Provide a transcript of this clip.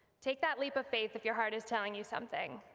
take that leap of faith if your heart is telling you something.